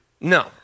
No